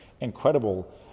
incredible